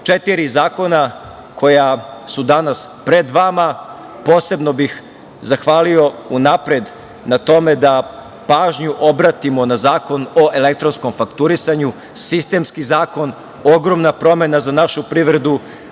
četiri zakona koja su danas pred vama. Posebno bih zahvalio unapred na tome da pažnju obratimo na Zakon o elektronskom fakturisanju. Sistemski zakon, ogromna promena za našu privredu.